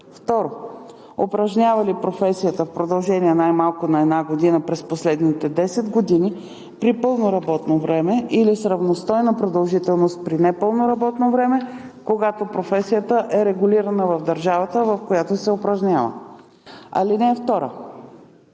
2. упражнявали професията в продължение най-малко на една година през последните десет години – при пълно работно време, или с равностойна продължителност – при непълно работно време, когато професията не е регулирана в държавата, в която се упражнява.